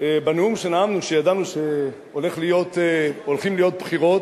בנאום שנאמנו כשידענו שהולכות להיות בחירות,